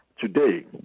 today